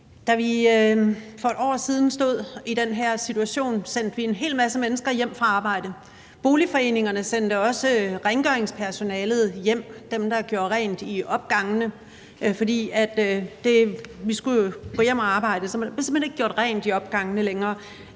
Da vi for et år siden stod i den her situation, sendte vi en hel masse mennesker hjem fra arbejde. Boligforeningerne sendte også rengøringspersonalet hjem, altså dem, der gjorde rent i opgangene, for vi skulle jo gå hjem og arbejde. Så der blev simpelt hen ikke gjort rent i opgangene længere.